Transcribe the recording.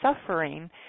suffering